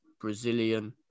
Brazilian